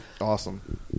awesome